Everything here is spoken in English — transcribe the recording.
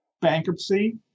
bankruptcy